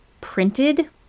printed